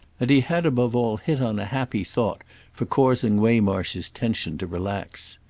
and he had above all hit on a happy thought for causing waymarsh's tension to relax.